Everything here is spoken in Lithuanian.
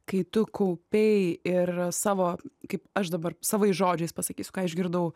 kai tu kaupei ir savo kaip aš dabar savais žodžiais pasakysiu ką išgirdau